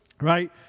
Right